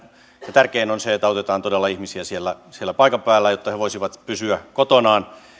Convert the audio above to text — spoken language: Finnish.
ja tärkein asia on se että autetaan todella ihmisiä siellä siellä paikan päällä jotta he voisivat pysyä kotonaan